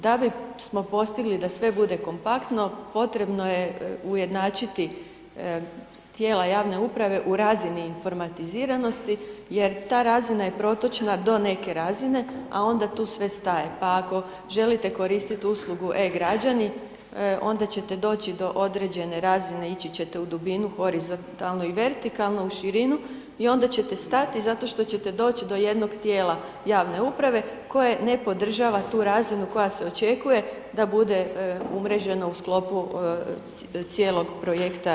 Da bismo postigli da sve bude kompaktno, potrebno je ujednačiti tijela javne uprave u razini informatiziranosti jer ta razina je protočna do neke razine a onda tu sve staje pa ako želite koristiti uslugu e-Građani, onda ćete doći do određene razine, ići ćete u dubinu horizontalno i vertikalnu, u širinu i onda ćete stati zato što ćete doći do jednog tijela javne uprave koje ne podržava tu razinu koja se očekuje da bude umrežena u sklopu cijelog projekta.